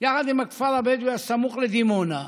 יחד עם הכפר הבדואי הסמוך לדימונה,